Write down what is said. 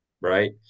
Right